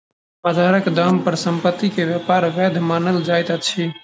बजारक दाम पर संपत्ति के व्यापार वैध मानल जाइत अछि